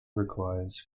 requires